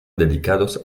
dedicados